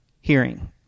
hearing